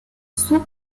soup